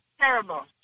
terrible